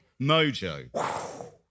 Mojo